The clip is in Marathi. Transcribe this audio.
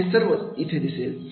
हे सर्व असेल